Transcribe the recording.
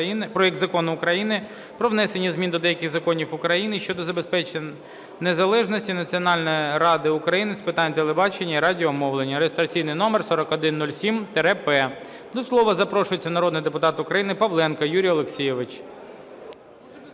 проекту Закону України "Про внесення змін до деяких законів України щодо забезпечення незалежності Національної ради України з питань телебачення і радіомовлення" (реєстраційний номер 4107-П). До слова запрошується народний депутат України Павленко Юрій Олексійович.